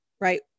right